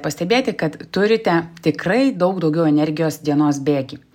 pastebėti kad turite tikrai daug daugiau energijos dienos bėgy